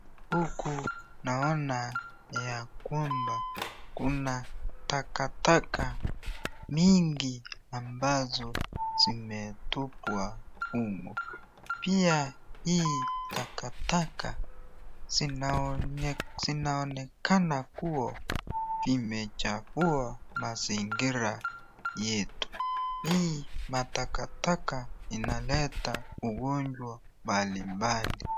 Huku naona ya kwamba kuna takataka mingi ambazo zimetupwa humu. pia hii takataka zinaonekana , zinaonekana kuwa imechafua mazingira yetu. Hii matakatata inaleta ugojwa mbalimbali.